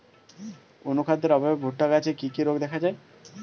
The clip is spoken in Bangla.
অনুখাদ্যের অভাবে ভুট্টা গাছে কি কি রোগ দেখা যায়?